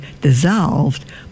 dissolved